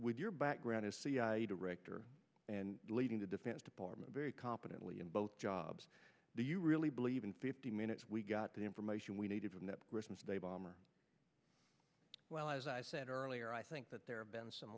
with your background as cia director and leading the defense department very competently in both jobs do you really believe in fifty minutes we got the information we needed with britain's day bomber well as i said earlier i think that there have been some